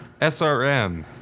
SRM